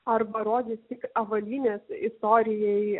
arba rodys tik avalynės istorijai